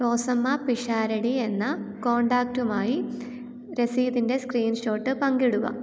റോസമ്മ പിഷാരടി എന്ന കോൺടാക്റ്റുമായി രസീതിൻ്റെ സ്ക്രീൻഷോട്ട് പങ്കിടുക